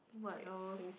what else